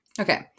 Okay